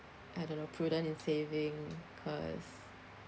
I don't know prudent in saving cause